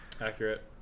accurate